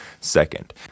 second